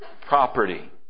property